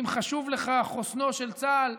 אם חשוב לך חוסנו של צה"ל,